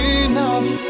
enough